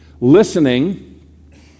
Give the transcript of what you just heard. listening